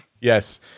yes